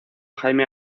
jaime